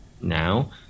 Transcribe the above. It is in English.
now